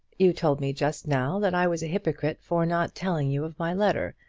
you told me just now that i was a hypocrite for not telling you of my letter,